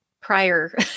prior